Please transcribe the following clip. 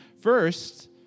First